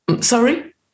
Sorry